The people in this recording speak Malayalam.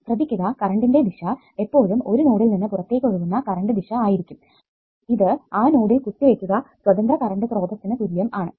ശ്രദ്ധിക്കുക കറണ്ടിന്റെ ദിശ എപ്പോഴും ഒരു നോഡിൽ നിന്ന് പുറത്തേക്ക് ഒഴുകുന്ന കറൻറ് ദിശ ആയിരിക്കും ഇത് ആ നോഡിൽ കുത്തിവെക്കുക സ്വതന്ത്ര കറണ്ട് സ്രോതസ്സിനു തുല്യം ആണ്